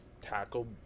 tackle